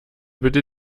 bitte